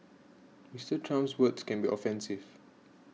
Mister Trump's words can be offensive